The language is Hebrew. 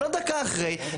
לא דקה אחרי,